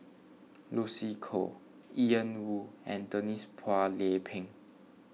Lucy Koh Ian Woo and Denise Phua Lay Peng